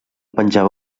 penjava